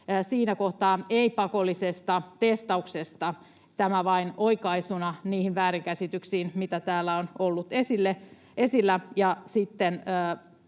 siinä kohtaa, ei pakollisesta testauksesta. Tämä vain oikaisuna niihin väärinkäsityksiin, joita täällä on ollut esillä.